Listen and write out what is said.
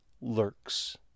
lurks